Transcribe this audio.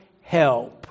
help